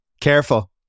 careful